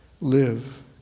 live